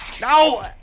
No